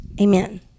amen